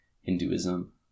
hinduism